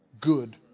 good